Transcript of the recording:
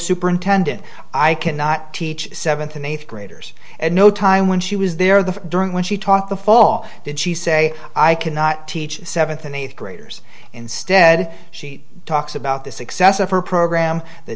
superintendent i cannot teach seventh and eighth graders at no time when she was there the during when she talked the fall did she say i cannot teach seventh and eighth graders instead she talks about the success of her program the